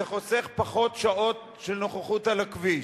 זה חוסך, זה פחות שעות נוכחות על הכביש,